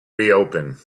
reopen